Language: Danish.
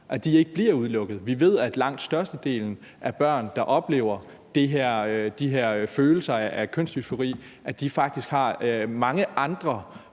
ikke bliver udelukket. Vi ved, at langt størstedelen af børn, der oplever de her følelser af kønsdysfori, faktisk har mange andre